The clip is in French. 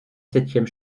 septième